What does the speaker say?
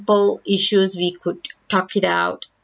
simple issues we could talk it out